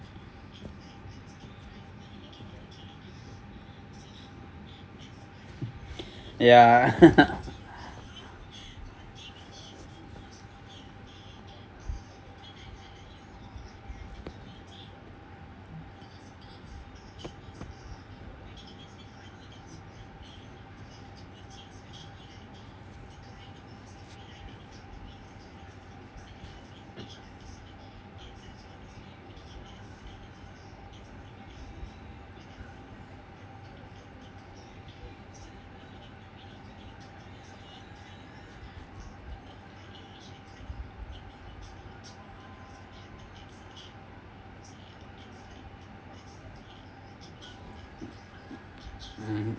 ya